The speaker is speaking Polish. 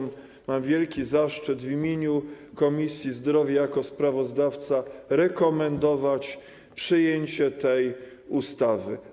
Mam wielki zaszczyt w imieniu Komisji Zdrowia, jako sprawozdawca, rekomendować przyjęcie tej ustawy.